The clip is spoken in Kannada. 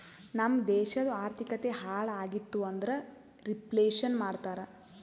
ನಮ್ ದೇಶದು ಆರ್ಥಿಕತೆ ಹಾಳ್ ಆಗಿತು ಅಂದುರ್ ರಿಫ್ಲೇಷನ್ ಮಾಡ್ತಾರ